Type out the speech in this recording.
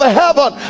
heaven